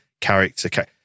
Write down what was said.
character